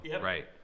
right